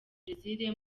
brazil